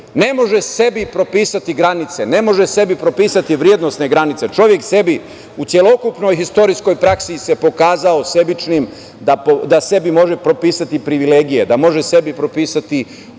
Ne može sebi propisati granice, ne može sebi propisati vrednosne granice. Čovek sebi u celokupnoj istorijskoj praksi se pokazao sebičnim da sebi može propisati privilegije, da može sebi propisati